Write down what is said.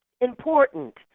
important